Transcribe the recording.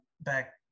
back